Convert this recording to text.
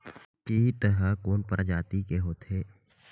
कीट ह कोन प्रजाति के होथे?